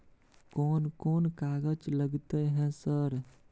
कोन कौन कागज लगतै है सर?